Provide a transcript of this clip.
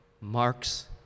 marks